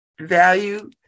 value